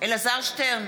אלעזר שטרן,